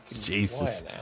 Jesus